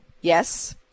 Yes